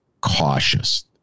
cautious